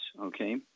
okay